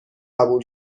قبول